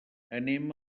anem